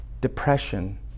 depression